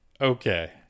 Okay